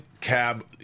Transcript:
cab